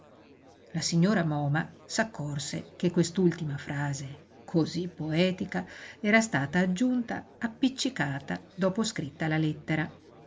la signora moma s'accorse che quest'ultima frase cosí poetica era stata aggiunta appiccicata dopo scritta la lettera